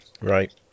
right